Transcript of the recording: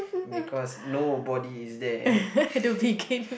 because nobody is there